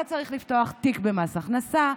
אתה צריך לפתוח תיק במס הכנסה,